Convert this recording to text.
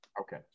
Okay